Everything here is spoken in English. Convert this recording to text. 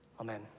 Amen